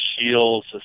Shields